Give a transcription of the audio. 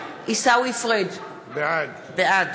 עיסאווי פריג' בעד